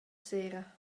sera